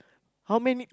how many